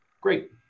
great